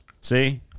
See